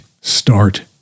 start